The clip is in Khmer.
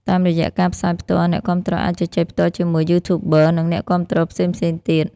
តាមរយៈការផ្សាយផ្ទាល់ អ្នកគាំទ្រអាចជជែកផ្ទាល់ជាមួយ YouTuber និងអ្នកគាំទ្រផ្សេងៗទៀត។